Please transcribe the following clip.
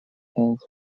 ends